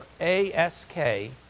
A-S-K